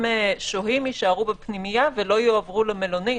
שוהים יישארו בפנימייה ולא יועברו למלונית,